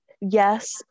yes